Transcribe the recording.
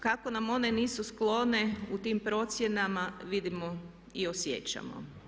Kako nam one nisu sklone u tim procjenama vidimo i osjećamo.